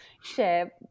share